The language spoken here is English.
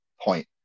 point